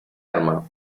arma